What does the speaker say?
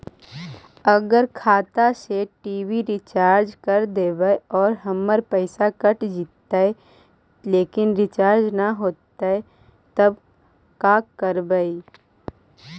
अगर खाता से टी.वी रिचार्ज कर देबै और हमर पैसा कट जितै लेकिन रिचार्ज न होतै तब का करबइ?